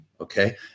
Okay